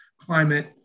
climate